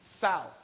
south